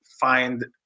find